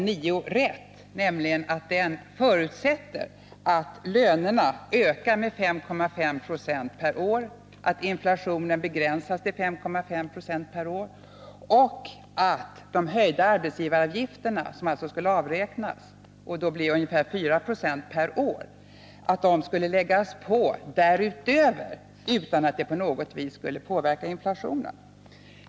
9 rätt, nämligen att den förutsätter att lönerna ökar med 5,5 26 per år, att inflationen begränsas till 5,5 70 per år och att de höjda arbetsgivaravgifterna, som alltså skulle avräknas och då blir ungefär 4 96 per år, skulle läggas på därutöver, utan att det på något vis skulle påverka inflationen.